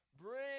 Bring